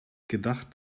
gedacht